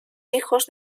hijos